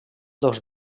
dos